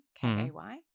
K-A-Y